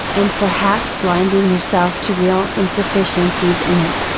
and perhaps blinding yourself to real insufficiencies in it.